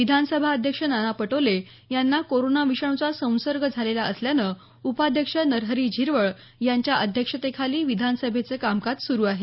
विधानसभाध्यक्ष नाना पटोले यांना कोरोना विषाणूचा संसर्ग झालेला असल्यानं उपाध्यक्ष नरहरी झिरवळ यांच्या अध्यक्षतेखाली विधानसभेचं कामकाज सुरू आहे